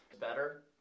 better